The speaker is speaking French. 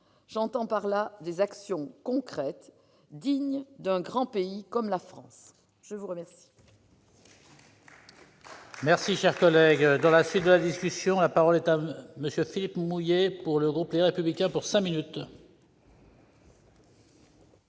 J'entends par là des actions concrètes dignes d'un grand pays comme la France. La parole